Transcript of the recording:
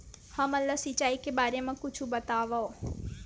हमन ला सिंचाई के बारे मा कुछु बतावव?